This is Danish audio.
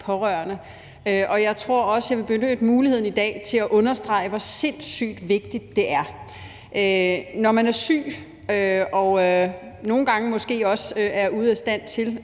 og jeg tror også, jeg vil benytte muligheden i dag til at understrege, hvor sindssygt vigtigt det er. Når man er syg og nogle gange måske også er ude af stand til